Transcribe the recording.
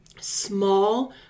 small